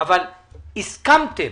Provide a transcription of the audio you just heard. אבל הסכמתם.